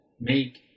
make